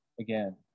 again